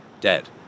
dead